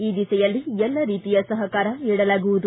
ಈ ದಿಸೆಯಲ್ಲಿ ಎಲ್ಲ ರೀತಿಯ ಸಪಕಾರ ನೀಡಲಾಗುವುದು